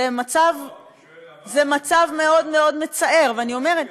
זה מצב מאוד מאוד מצער, ואני אומרת,